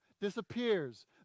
disappears